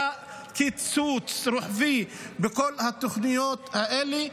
היה קיצוץ רוחבי בכל התוכניות האלה.